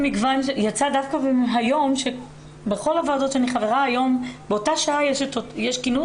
יצא דווקא היום שבכל הוועדות שאני חברה היום באותה שעה יש כינוס,